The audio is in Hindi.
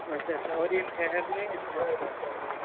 अच्छा अच्छा और ये ठहरने और जी